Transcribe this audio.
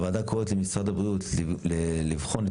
הוועדה קוראת למשרד הבריאות לבחון את